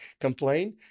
complain